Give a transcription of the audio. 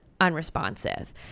unresponsive